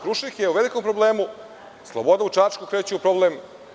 Krušik“ je u velikom problemu, „Sloboda“ u Čačku kreće u problem.